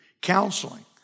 counseling